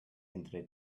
entre